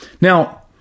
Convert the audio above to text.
Now